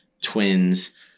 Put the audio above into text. Twins